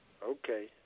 Okay